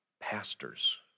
pastors